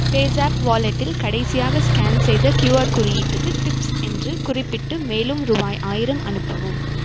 PayZapp வாலெட்டில் கடைசியாக scan செய்த க்யூஆர் குறியீட்டுக்கு டிப்ஸ் என்று குறிப்பிட்டு மேலும் ரூபாய் ஆயிரம் அனுப்பவும்